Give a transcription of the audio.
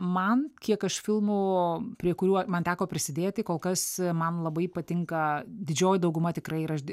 man kiek aš filmų prie kurių man teko prisidėti kol kas man labai patinka didžioji dauguma tikrai ir aš